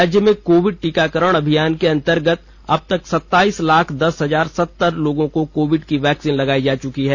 राज्य में कोविड टीकाकरण अभियान के अंतर्गत अब तक सताईस लाख दस हजार सतर लोगों को कोविड की वैक्सीन लगाई जा चुंकी है